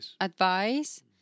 advice